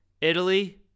Italy